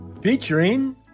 featuring